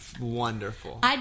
wonderful